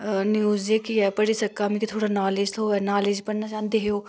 news जेह्की पढ़ी सकां मिगी थोह्ड़ी नॉलेज थ्होऐ नॉलेज बनाना चाहंदे हे ओह्